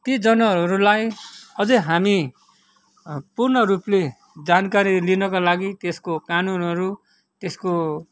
ती जनावरहरूलाई अझै हामी पुर्णरूपले जानकारी लिनको लागि त्यसको कानुनहरू त्यसको